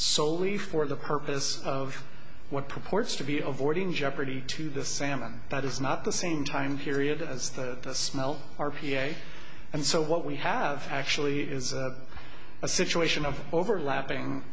solely for the purpose of what purports to be avoiding jeopardy to the salmon that is not the same time period as the smell r p i and so what we have actually is a situation of overlapping